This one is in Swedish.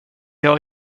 har